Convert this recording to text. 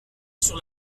sur